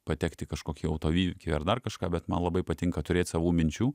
patekt į kažkokį autoįvykį ar dar kažką bet man labai patinka turėt savų minčių